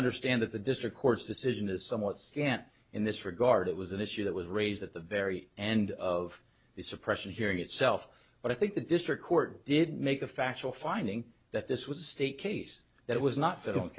understand that the district court's decision is somewhat scant in this regard it was an issue that was raised at the very end of the suppression hearing itself but i think the district court did make a factual finding that this was a state case that it was not f